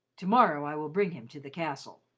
to-morrow i will bring him to the castle.